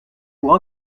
pour